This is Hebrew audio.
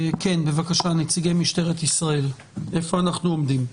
בבקשה, נציגי משטרת ישראל, איפה אנחנו עומדים?